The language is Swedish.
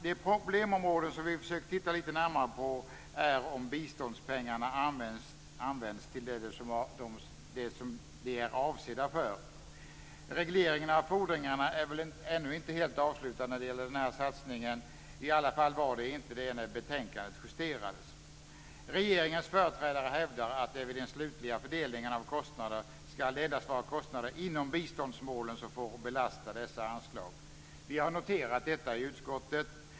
De problemområden som vi försökt titta lite närmare på är om biståndspengarna används till det som de är avsedda för. Regleringen av fordringarna är väl ännu inte helt avslutad när det gäller den här satsningen, i alla fall var den inte det då betänkandet justerades. Regeringens företrädare hävdar att det vid den slutliga fördelningen av kostnader endast ska vara kostnader inom biståndsmålen som får belasta dessa anslag. Vi har noterat detta i utskottet.